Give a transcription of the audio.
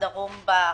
הדרום בה?